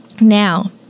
Now